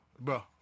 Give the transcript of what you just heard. bro